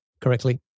correctly